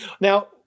Now